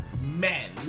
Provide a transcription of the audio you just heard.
men